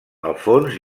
alfons